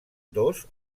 dos